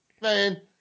man